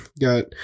Got